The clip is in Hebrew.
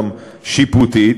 גם שיפוטית.